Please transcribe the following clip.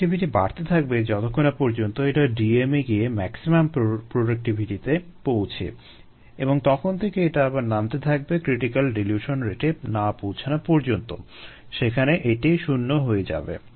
productivity বাড়তে থাকবে যতক্ষণ না পর্যন্ত এটা Dm এ গিয়ে ম্যাক্সিমাম প্রোডাক্টিভিটিতে পৌঁছে এবং তখন থেকে এটা আবার নামতে থাকবে ক্রিটিক্যাল ডিলিউশন রেটে না পৌঁছানো পর্যন্ত সেখানে এটি শূন্য হয়ে যাবে